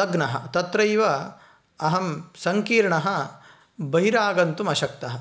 लग्नः तत्रैव अहं सङ्कीर्णः बहिरागन्तुम् अशक्तः